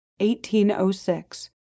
1806